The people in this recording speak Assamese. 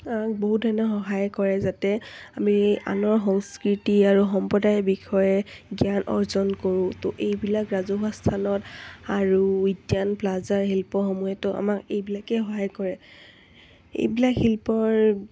বহুতধৰণে সহায় কৰে যাতে আমি আনৰ সংস্কৃতি আৰু সম্প্ৰদায়ৰ বিষয়ে জ্ঞান অৰ্জন কৰোঁ তো এইবিলাক ৰাজহুৱা স্থানত আৰু উদ্যান প্লাজা শিল্পসমূহেতো আমাক এইবিলাকেই সহায় কৰে এইবিলাক শিল্পৰ